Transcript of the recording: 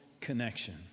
connection